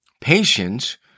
Patience